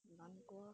南瓜